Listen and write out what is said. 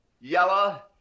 yellow